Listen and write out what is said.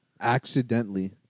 accidentally